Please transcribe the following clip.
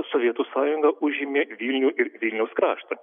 sovietų sąjunga užėmė vilnių ir vilniaus kraštą